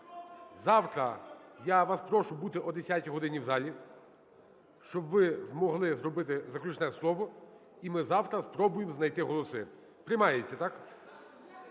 завтра я вас прошу бути о 10 годині в залі, щоб ви змогли зробити заключне слово, і ми завтра спробуємо знайти голоси. Приймається, так?